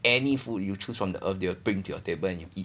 any food you choose from the earth will bring to your table and you eat